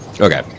Okay